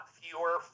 fewer